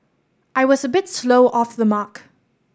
I was a bit slow off the mark